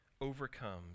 overcomes